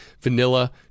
vanilla